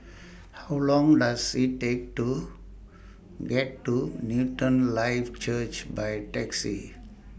How Long Does IT Take to get to Newton Life Church By Taxi